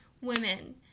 women